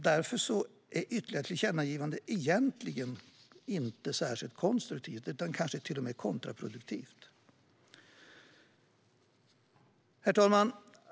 Därför är ytterligare tillkännagivanden egentligen inte särskilt konstruktivt utan kanske till och med kontraproduktivt. Herr talman!